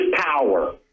power